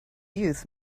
youth